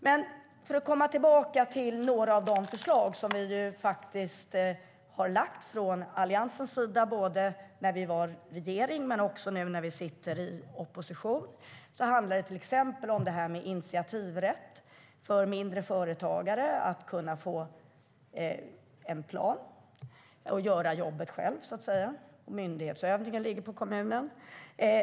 Låt mig komma tillbaka till några av de förslag som Alliansen har lagt fram både i regeringsställning och nu i opposition. Det handlar till exempel om initiativrätt för mindre företagare så att de kan få en plan och kan göra jobbet själva. Myndighetsutövningen ligger på kommunen.